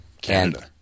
Canada